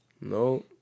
no